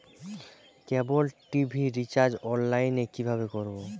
কেবল TV recharge online এ কিভাবে করব?